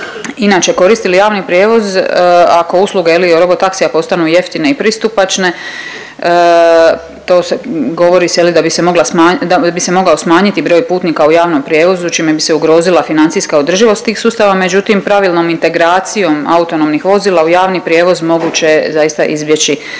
inače koristili javni prijevoz ako usluge robotaksija postanu jeftine i pristupačne govori se da bi se mogla smanjit da bi se mogao smanjiti broj putnika u javnom prijevozu čime bi se ugrozila financijska održivost tih sustava. Međutim, pravilnom integracijom autonomnih vozila u javni prijevoz moguće je zaista izbjeći